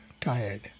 tired